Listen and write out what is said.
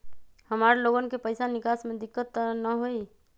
हमार लोगन के पैसा निकास में दिक्कत त न होई?